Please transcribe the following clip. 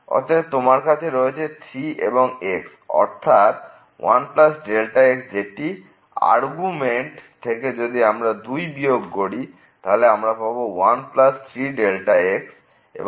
অতএব তোমার কাছে রয়েছে 3 এবং x অর্থাৎ 1 x যেটি হল আর্গুমেন্ট থেকে যদি আমরা 2 বিয়োগ করি তাহলে আমরা পাব 1 3 x এবং x→0